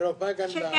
--- הרופאה גנבה אותה.